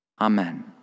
Amen